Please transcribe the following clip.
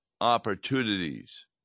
opportunities